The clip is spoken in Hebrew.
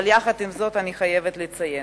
עם זאת, אני חייבת לציין: